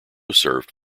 served